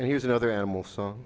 and here's another animal so